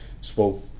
spoke